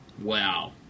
Wow